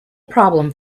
problem